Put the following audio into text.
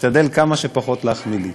תשתדל כמה שפחות להחמיא לי.